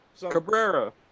Cabrera